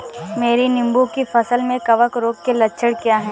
मेरी नींबू की फसल में कवक रोग के लक्षण क्या है?